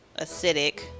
acidic